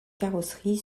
carrosserie